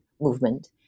movement